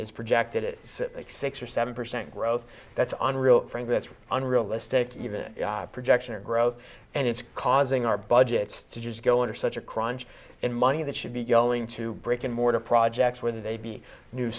is projected it sit like six or seven percent growth that's unreal frankly that's unrealistic even projection or growth and it's causing our budgets to just go under such a crunch and money that should be going to brick and mortar projects whether they be new